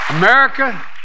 America